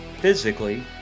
physically